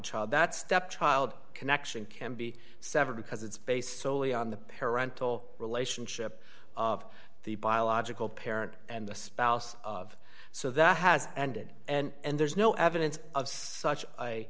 child that stepchild connection can be severed because it's based soley on the parent toll relationship of the biological parent and the spouse of so that has ended and there's no evidence of such